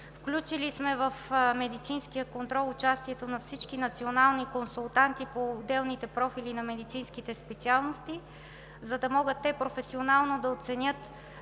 Включили сме в медицинския контрол участието на всички национални консултанти по отделните профили на медицинските специалности, за да могат те професионално да оценят